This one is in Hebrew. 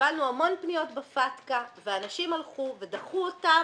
שקיבלנו המון פניות בפטקא ואנשים הלכו ודחו אותם,